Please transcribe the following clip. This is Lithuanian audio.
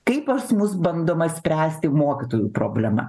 kaip pas mus bandoma spręsti mokytojų problema